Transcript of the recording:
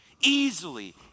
easily